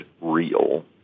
real